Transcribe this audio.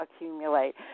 accumulate